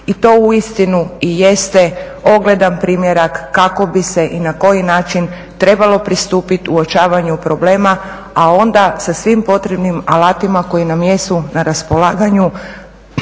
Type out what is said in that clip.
I to uistinu i jeste ogledan primjerak kako bi se i na koji način trebalo pristupiti uočavanju problema a onda sa svim potrebnim alatima koji nam jesu na raspolaganju